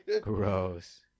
Gross